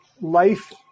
Life